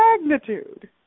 magnitude